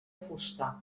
fusta